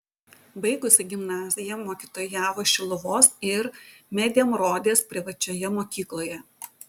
baigusi gimnaziją mokytojavo šiluvos ir medemrodės privačioje mokykloje